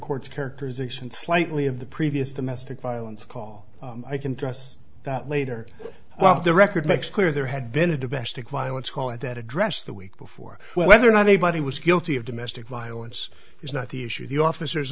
court's characterization slightly of the previous domestic violence call i can trust that later well the record makes clear there had been a domestic violence call at that address the week before whether or not anybody was guilty of domestic violence is not the issue the officers